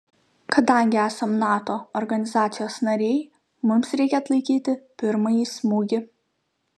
kadangi esam nato organizacijos nariai mums reikia atlaikyti pirmąjį smūgį